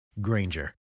Granger